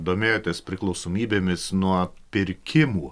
domėjotės priklausomybėmis nuo pirkimų